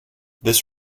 this